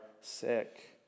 sick